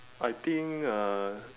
I think uh